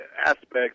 aspects